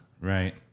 right